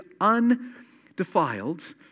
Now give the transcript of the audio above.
undefiled